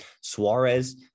Suarez